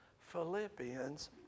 Philippians